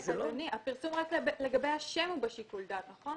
הפרסום רק לגבי השם הוא בשיקול דעת, נכון?